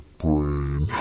brain